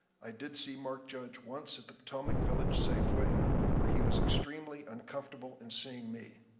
i did see mark judge once at the potomac village safeway where he was extremely uncomfortable in seeing me.